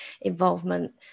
involvement